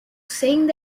saying